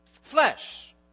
Flesh